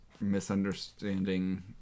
misunderstanding